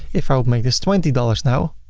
if i would make this twenty dollars now,